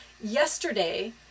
yesterday